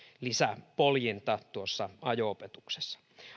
lisäpoljinta ajo opetuksessa